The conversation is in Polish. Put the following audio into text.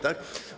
Tak?